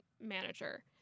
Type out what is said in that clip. manager